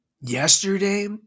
yesterday